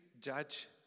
judge